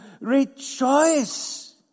Rejoice